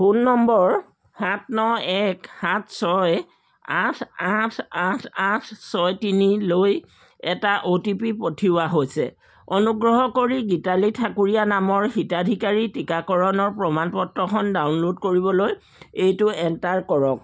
phone number সাত ন এক সাত ছয় আঠ আঠ আঠ আঠ ছয় তিনি লৈ এটা অ' টি পি পঠিওৱা হৈছে অনুগ্ৰহ কৰি গীতালি ঠাকুৰীয়া নামৰ হিতাধিকাৰীৰ টিকাকৰণৰ প্ৰমাণ পত্ৰখন ডাউনল'ড কৰিবলৈ এইটো এণ্টাৰ কৰক